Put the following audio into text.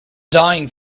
dying